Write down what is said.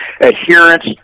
Adherence